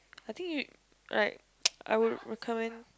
I think you like I would recommend